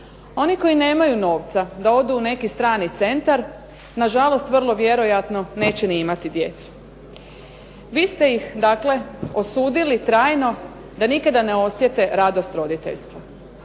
Oni koji nemaju novca da odu neki strani centar nažalost vrlo vjerojatno neće ni imati djecu. Vi ste ih dakle, osudili trajno da nikada ne osjete radost roditeljstva.